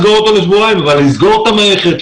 סגור אותו לשבועיים אבל לסגור את כל המערכת,